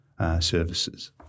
services